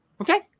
Okay